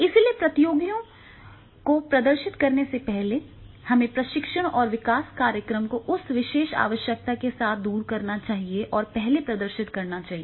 इसलिए प्रतियोगियों को प्रदर्शित करने से पहले हमारे प्रशिक्षण और विकास कार्यक्रम को उस विशेष आवश्यकता के साथ दूर करना चाहिए और पहले प्रदर्शित करना चाहिए